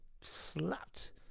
slapped